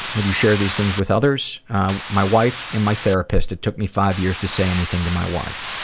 have you shared these things with others my wife and my therapist. it took me five years to say anything to my wife.